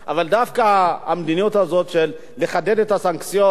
אבל דווקא המדיניות הזאת של לחדד את הסנקציות,